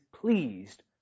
pleased